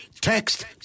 text